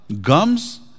gums